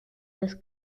des